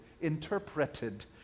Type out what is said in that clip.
interpreted